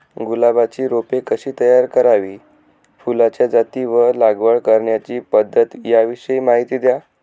गुलाबाची रोपे कशी तयार करावी? फुलाच्या जाती व लागवड करण्याची पद्धत याविषयी माहिती द्या